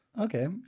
Okay